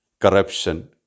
Corruption